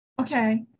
okay